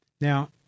Now